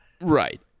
Right